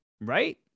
right